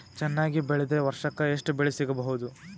ಚೆನ್ನಾಗಿ ಬೆಳೆದ್ರೆ ವರ್ಷಕ ಎಷ್ಟು ಬೆಳೆ ಸಿಗಬಹುದು?